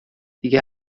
دیگه